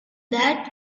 that